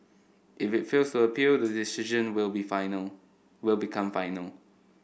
if it fails to appeal the decision will be final will become final